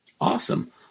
Awesome